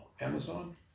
Amazon